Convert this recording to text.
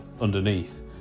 underneath